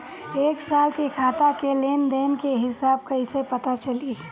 एक साल के खाता के लेन देन के हिसाब कइसे पता चली?